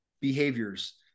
behaviors